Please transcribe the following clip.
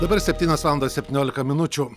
dabar septynios valandos septyniolika minučių